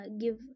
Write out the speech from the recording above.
give